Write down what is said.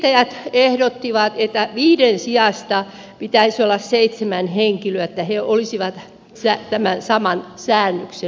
yrittäjät ehdottivat että viiden sijasta pitäisi olla seitsemän henkilöä että he olisivat tämän saman säännöksen piirissä